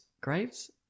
Graves